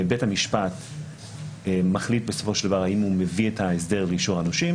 בית המשפט מחליט בסופו של דבר האם הוא מביא את ההסדר לאישור הנושים